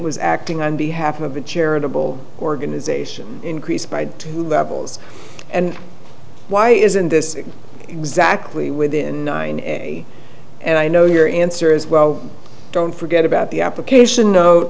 was acting on behalf of a charitable organization increased by two levels and why isn't this exactly within and i know your answer is well don't forget about the application note